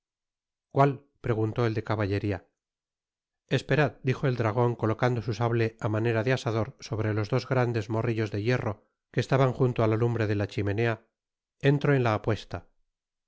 cuál preguntó el de caballeria esperad dijo el dragon colocando su sable á manera de asador sobre los dos grandes morrillos de hierro que estaban junto á la lumbre de la chimenea entro en la apuesta